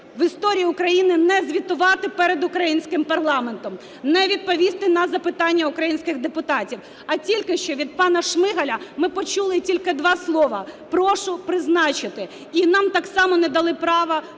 в історії України не звітувати перед українським парламентом, не відповісти на запитання українських депутатів. А тільки що від пана Шмигаля ми почули тільки два слова: прошу призначити. І нам так само не дали права